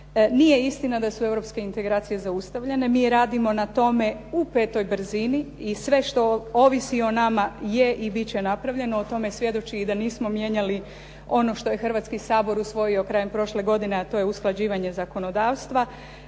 nije istina da su europske integracije zaustavljene, mi radimo na tome u petoj brzini i sve što ovisi o nama je i biti će napravljeno. O tome svjedoči i da nismo mijenjali ono što je Hrvatski sabor usvojio krajem prošle godine, a to je usklađivanje zakonodavstva.